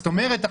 זאת אומרת,